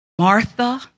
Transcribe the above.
Martha